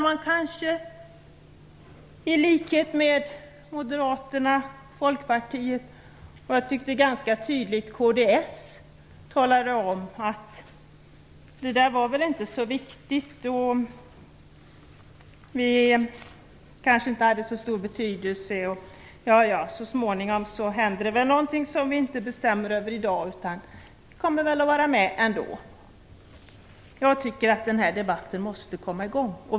Man kanske i likhet med Moderaterna, Folkpartiet och jag tyckte att kds ganska tydligt talade om detta anser att det där väl inte var så viktigt. Vi kanske inte hade så stor betydelse. Ja, ja, så småningom händer det väl någonting som vi inte bestämmer över i dag, vi kommer väl att vara med ändå. Jag tycker att den här debatten måste komma i gång.